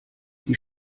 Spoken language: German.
die